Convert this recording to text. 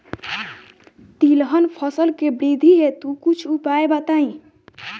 तिलहन फसल के वृद्धि हेतु कुछ उपाय बताई?